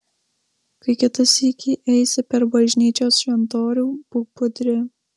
kai kitą sykį eisi per bažnyčios šventorių būk budri